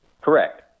correct